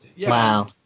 Wow